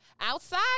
Outside